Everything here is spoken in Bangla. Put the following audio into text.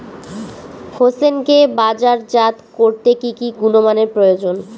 হোসেনকে বাজারজাত করতে কি কি গুণমানের প্রয়োজন?